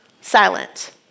silent